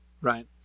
right